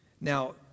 Now